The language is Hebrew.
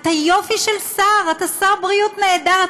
אתה יופי של שר, אתה שר בריאות נהדר.